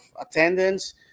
attendance